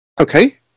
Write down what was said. Okay